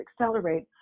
accelerate